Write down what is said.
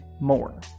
more